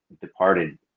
departed